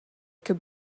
could